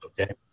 Okay